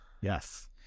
Yes